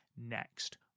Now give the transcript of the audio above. Next